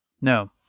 No